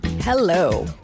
Hello